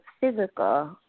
physical